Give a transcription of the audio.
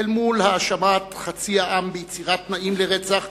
אל מול האשמת חצי העם ביצירת התנאים לרצח,